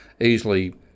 easily